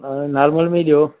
normal में ई ॾियो